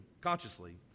consciously